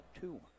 two